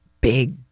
big